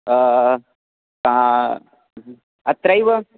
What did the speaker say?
सा अत्रैव